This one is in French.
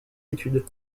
études